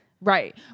Right